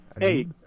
Hey